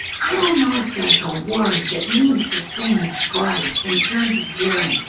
i don't know if there's a word that means the same as bright in terms of hearing,